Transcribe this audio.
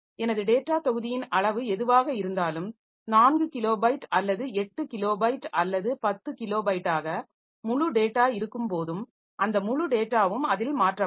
எனது டேட்டா தொகுதியின் அளவு எதுவாக இருந்தாலும் 4 கிலோபைட் அல்லது 8 கிலோபைட் அல்லது 10 கிலோபைட்டாக முழு டேட்டா இருக்கும்போதும் அந்த முழு டேட்டாவும் அதில் மாற்றப்படும்